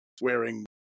wearing